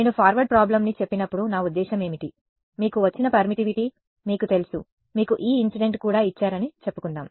నేను ఫార్వర్డ్ ప్రాబ్లమ్ని చెప్పినప్పుడు నా ఉద్దేశ్యం ఏమిటి మీకు ఇచ్చిన పర్మిటివిటీ మీకు తెలుసు మీకు E ఇన్సిడెంట్ కూడా ఇచ్చారని చెప్పుకుందాం